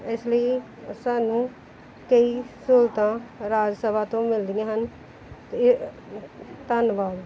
ਇਸ ਲਈ ਸਾਨੂੰ ਕਈ ਸਹੂਲਤਾਂ ਰਾਜ ਸਭਾ ਤੋਂ ਮਿਲਦੀਆਂ ਹਨ ਅਤੇ ਧੰਨਵਾਦ